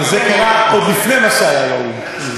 אבל זה קרה עוד לפני מה שהיה באו"ם.